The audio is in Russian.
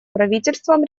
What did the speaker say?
правительствам